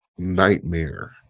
Nightmare